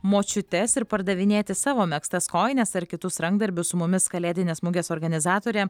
močiutes ir pardavinėti savo megztas kojines ar kitus rankdarbius su mumis kalėdinės mugės organizatorė